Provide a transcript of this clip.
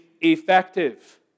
effective